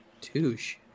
Touche